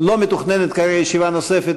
לא מתוכננת כרגע ישיבה נוספת,